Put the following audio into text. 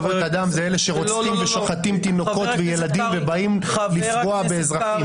חלאות אדם זה אלה שרוצחים ושוחטים תינוקות וילדים ובאים לפגוע באזרחים,